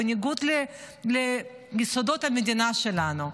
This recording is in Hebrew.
בניגוד ליסודות המדינה שלנו.